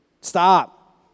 Stop